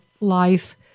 life